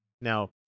now